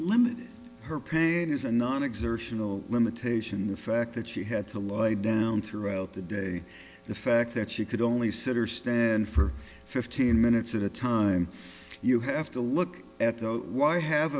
limited her pain is a non exertional limitation the fact that she had to lay down throughout the day the fact that she could only sit or stand for fifteen minutes at a time you have to look at those why have